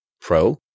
Pro